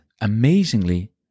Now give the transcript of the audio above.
amazingly